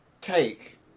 take